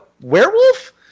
werewolf